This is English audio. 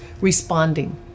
responding